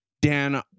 Dan